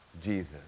Jesus